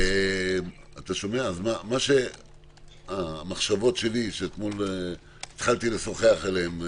אתה שומע, המחשבות שלי שאתמול התחלתי לשוחח עליהן,